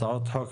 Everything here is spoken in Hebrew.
הצעות חוק,